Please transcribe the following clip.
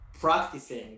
practicing